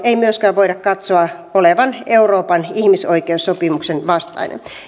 ei myöskään voida katsoa olevan euroopan ihmisoikeussopimuksen vastainen